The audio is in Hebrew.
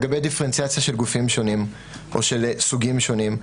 לגבי דיפרנציאציה של גופים שונים או של סוגים שונים,